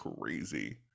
crazy